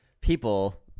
people